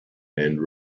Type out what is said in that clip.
and